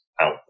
out